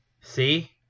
see